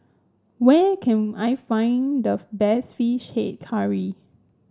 where can I find the best fish head curry